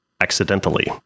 Accidentally